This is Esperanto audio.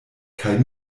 kaj